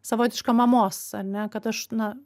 savotišką mamos ar ne kad aš na